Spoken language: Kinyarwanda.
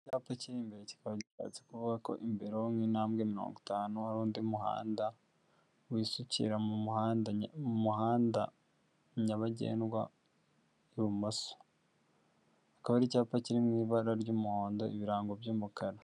Icyapa cyiri imbere, kikaba gishatse kuvuga ko imbere nk'intambwe mirongo itanu, hari undi muhanda wisukira mu muhanda nyabagendwa w'ibumoso. Kikaba ari icyapa kiri mu ibara ry'umuhondo, ibirango by'umukara.